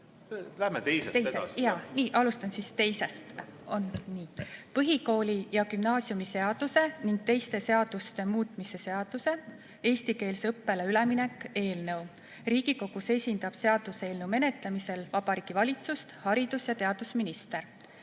infosüsteemi kaudu. Aitäh! Nii, [jätkan] teisega. Põhikooli- ja gümnaasiumiseaduse ning teiste seaduste muutmise seaduse (eestikeelsele õppele üleminek) eelnõu. Riigikogus esindab seaduseelnõu menetlemisel Vabariigi Valitsust haridus- ja teadusminister.